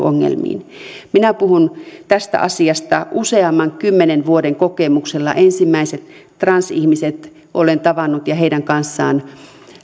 ongelmiin minä puhun tästä asiasta useamman kymmenen vuoden kokemuksella ensimmäiset transihmiset olen tavannut ja heidän kanssaan